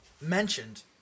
mentioned